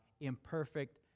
imperfect